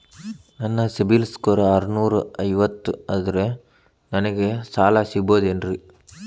ನನ್ನ ಸಿಬಿಲ್ ಸ್ಕೋರ್ ಆರನೂರ ಐವತ್ತು ಅದರೇ ನನಗೆ ಸಾಲ ಸಿಗಬಹುದೇನ್ರಿ?